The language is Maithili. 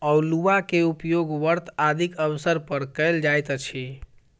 अउलुआ के उपयोग व्रत आदिक अवसर पर कयल जाइत अछि